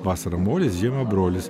vasarą molis žiemą brolis